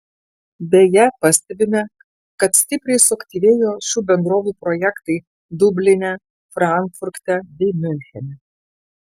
beje pastebime kad stipriai suaktyvėjo šių bendrovių projektai dubline frankfurte bei miunchene